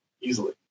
easily